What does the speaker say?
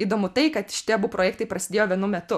įdomu tai kad šitie abu projektai prasidėjo vienu metu